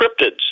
cryptids